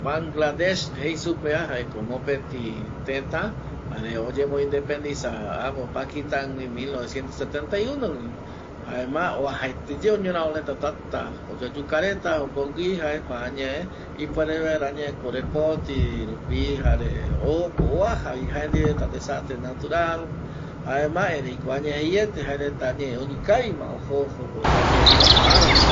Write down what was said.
Banglandesh jei supe va jaeko mopeti teta jare oyemo independisa apo pakistan gui mil noveciento setentaiuno gui, jaema vuajaete ye oñoraro reta, tätä oyoyuka reta jokogui jaema añae ipuere vaera añae korepoti rupi jare opo vuaja vi jaendie reta desastre natural jaema ereiko añae jeiete jae reta añae oikavi ma ojo ojo añae kua ara rupi